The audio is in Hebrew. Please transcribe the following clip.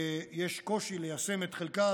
יש קושי ליישם את חלקה.